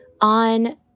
on